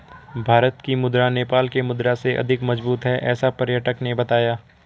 भारत की मुद्रा नेपाल के मुद्रा से अधिक मजबूत है ऐसा पर्यटक ने बताया